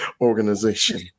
organization